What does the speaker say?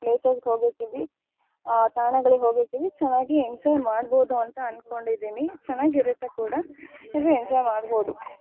ಪ್ಲೇಸಸ್ಗೆ ಹೋಗಿರ್ತೀವಿ ತಾಣಗಳಿಗೆ ಹೋಗಿರ್ತೀವಿ ಚೆನ್ನಾಗಿ ಎಂಜಾಯ್ ಮಾಡ್ಬೌದು ಅಂತ ಅನ್ಕೊಂಡಿದ್ದೀನಿ ಚೆನ್ನಾಗಿರತ್ತೆ ಕೂಡ ಎಲ್ರೂ ಎಂಜಾಯ್ ಮಾಡ್ಬೌದು